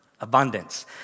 abundance